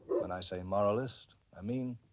when i say moral-less, i mean.